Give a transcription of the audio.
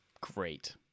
Great